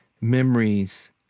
memories